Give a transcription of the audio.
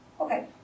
Okay